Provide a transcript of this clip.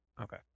Okay